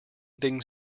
things